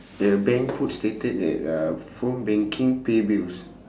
the bank put stated at uh phone banking pay bills